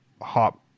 hop